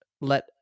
let